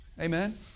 Amen